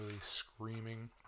screaming